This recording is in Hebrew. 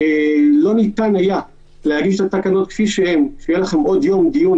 מכיוון שהוא ענה כפי שהוא ענה ליואב סגלוביץ',